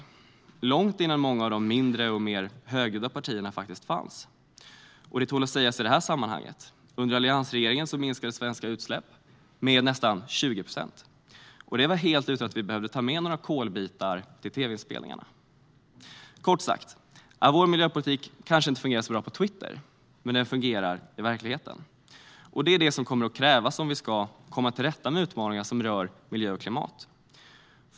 Det var långt innan många av de mindre och mer högljudda partierna fanns. Det tål att sägas i sammanhanget att under alliansregeringen minskade svenska utsläpp med nästan 20 procent, och det var helt utan att vi behövde ta med några kolbitar till tv-inspelningar. Kort sagt: Vår miljöpolitik kanske inte fungerar så bra på Twitter, men den fungerar i verkligheten. Och det är det som kommer att krävas om vi ska komma till rätta med utmaningarna som rör miljö och klimat.